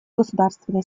государственной